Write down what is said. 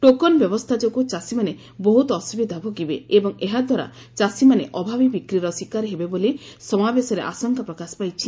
token ବ୍ୟବସ୍ଥା ଯୋଗୁଁ ଚାଷୀମାନେ ବହୁତ ଅସୁବିଧା ଭୋଗିବେ ଏବଂ ଏହାଦ୍ୱାରା ଚାଷୀମାନେ ଅଭାବୀ ବିକ୍ରୀର ଶିକାର ହେବେ ବୋଲି ସମାବେଶରେ ଆଶଙ୍କା ପ୍ରକାଶ ପାଇଛି